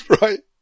Right